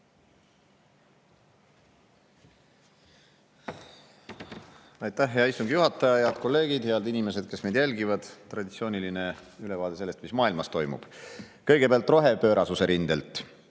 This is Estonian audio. Aitäh, hea istungi juhataja! Head kolleegid! Head inimesed, kes meid jälgivad! Traditsiooniline ülevaade sellest, mis maailmas toimub. Kõigepealt rohepöörasuse rindelt.